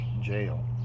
jail